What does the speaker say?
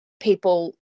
people